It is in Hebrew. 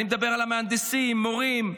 אני מדבר על מהנדסים, מורים,